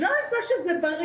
לא על זה שזה בריא,